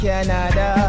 Canada